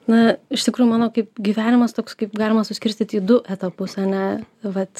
na iš tikrųjų mano kaip gyvenimas toks kaip galima suskirstyt į du etapus ane vat